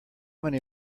many